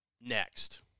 Next